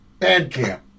Bandcamp